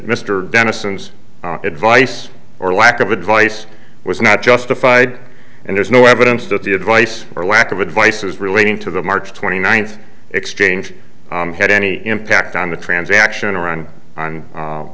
dennison's advice or lack of advice was not justified and there's no evidence that the advice or lack of advice is relating to the march twenty ninth exchange had any impact on the transaction around on